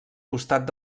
costat